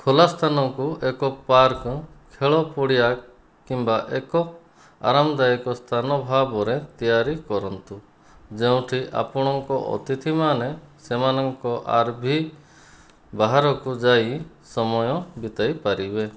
ଖୋଲା ସ୍ଥାନକୁ ଏକ ପାର୍କ ଖେଳ ପଡ଼ିଆ କିମ୍ବା ଏକ ଆରାମଦାୟକ ସ୍ଥାନ ଭାବରେ ତିଆରି କରନ୍ତୁ ଯେଉଁଠି ଆପଣଙ୍କ ଅତିଥିମାନେ ସେମାନଙ୍କ ଆର୍ଭି ବାହାରକୁ ଯାଇ ସମୟ ବିତେଇ ପାରିବେ